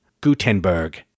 gutenberg